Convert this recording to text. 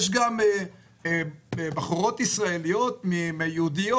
אם יש בחורות יהודיות,